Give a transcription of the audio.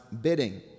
bidding